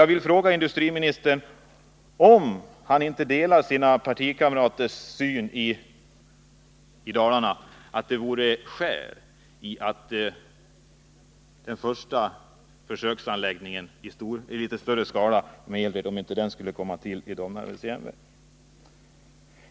Jag vill fråga industriministern om han inte delar den uppfattning som hans partikamrater i Dalarna har — att den första försöksanläggningen i litet större skala med elred borde uppföras i Domnarvets Jernverk.